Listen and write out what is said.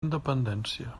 independència